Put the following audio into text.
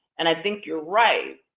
and i think you're right.